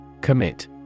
Commit